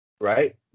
Right